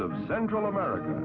of central america